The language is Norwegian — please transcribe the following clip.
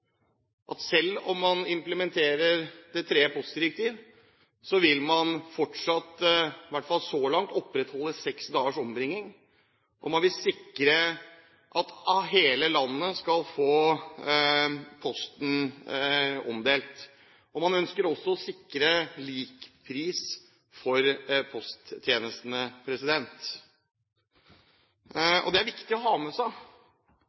at selv om man implementerer det tredje postdirektivet, vil man fortsatt – i hvert fall så langt – opprettholde seks dagers ombringing, og man vil sikre at hele landet skal få posten omdelt. Man ønsker også å sikre lik pris for posttjenestene. Det er viktig å ha med seg.